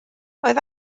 oedd